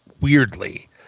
weirdly